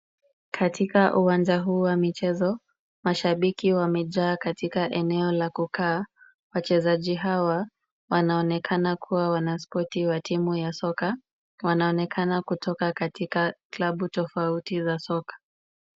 Katika uwanja huu wa michezo, mashabiki wamejaa katika eneo la kukaa, wachezaji hawa wana onekana kuwa wanaskoti wa timu ya soka, wana onekana kutoka katika klabu tofauti za soka.